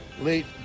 late